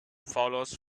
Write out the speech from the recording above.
follows